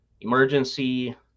emergency